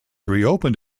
reopened